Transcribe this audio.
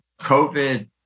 COVID